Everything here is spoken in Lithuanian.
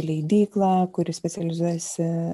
leidyklą kuri specializuojasi